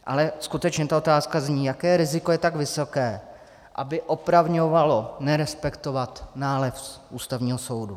Ale skutečně ta otázka zní: Jaké riziko je tak vysoké, aby opravňovalo nerespektovat nález Ústavního soudu?